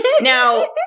Now